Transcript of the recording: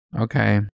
Okay